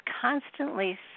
constantly